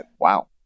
Wow